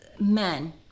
men